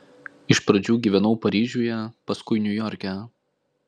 iš pradžių gyvenau paryžiuje paskui niujorke